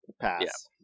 Pass